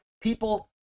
People